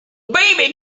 baby